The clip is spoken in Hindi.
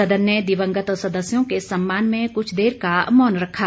सदन ने दिवंगत सदस्यों के सम्मान में कुछ देर का मौन रखा